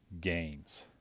gains